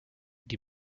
die